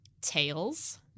Tails